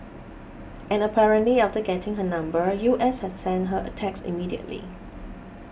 and apparently after getting her number U S had sent her a text immediately